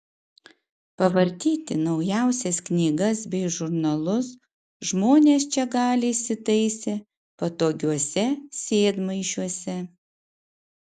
pavartyti naujausias knygas bei žurnalus žmonės čia gali įsitaisę patogiuose sėdmaišiuose